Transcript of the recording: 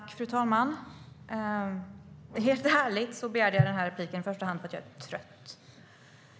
Fru talman! Helt ärligt begärde jag den här repliken i första hand för att jag är trött.